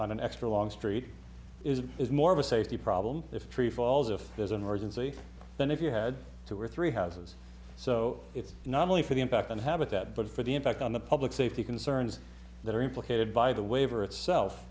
on an extra long street is is more of a safety problem if a tree falls if there's an emergency than if you had two or three houses so it's not only for the impact and habitat but for the impact on the public safety concerns that are implicated by the waiver itself